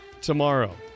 tomorrow